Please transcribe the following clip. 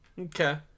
Okay